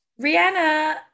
Rihanna